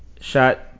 shot